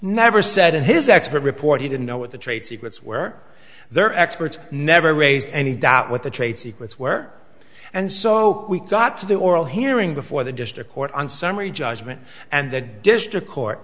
never said in his expert report he didn't know what the trade secrets where their experts never raised any doubt what the trade secrets were and so we got to the oral hearing before the district court on summary judgment and the district court